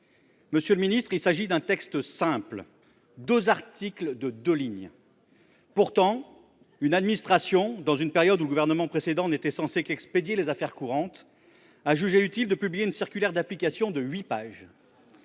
Monsieur le ministre, il s’agit d’un texte simple : deux articles de deux lignes ! Pourtant, une administration, dans une période pendant laquelle le Gouvernement était censé n’expédier que les affaires courantes, a jugé utile de publier une circulaire d’application de huit pages.